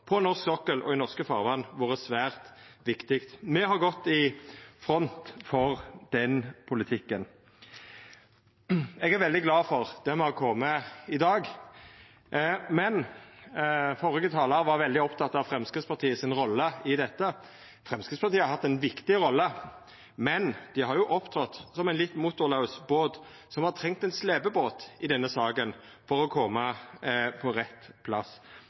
på norsk sokkel og i norske farvatn vore svært viktig. Me har gått i front for den politikken. Eg er veldig glad for dit me har kome i dag. Førre talar var veldig opptatt av Framstegspartiets rolle i dette. Framstegspartiet har hatt ei viktig rolle, men dei har i denne saka opptredd litt som ein motorlaus båt som hadde trunge ein slepebåt for å koma på rett plass.